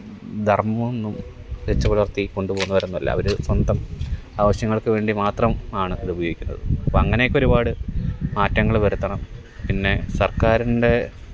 ധര്മ്മമൊന്നും വെച്ച് പുലര്ത്തി കൊണ്ടു പോവുന്നവരൊന്നുവല്ല അവര് സ്വന്തം ആവശ്യങ്ങള്ക്ക് വേണ്ടി മാത്രം ആണ് ഇതുപയോഗിക്കുന്നത് അപ്പം അങ്ങനെ ഒക്കെ ഒരുപാട് മാറ്റങ്ങള് വരുത്തണം പിന്നെ സര്ക്കാരിന്റെ